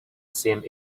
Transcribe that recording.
seemed